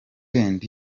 end